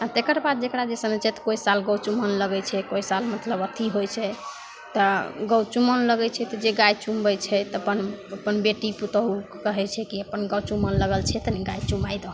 आओर तकर बाद जकरा जे समय छै तऽ कोइ साल गउ चुमाओन लगै छै कोइ साल मतलब अथी होइ छै तऽ गइ चुमाओन लगै छै तऽ जे गाइ चुमबै छै अपन अपन बेटी पुतौहुके कहै छै कि अपन गउ चुमाओन लागल छै तनि गाइ चुमै दहो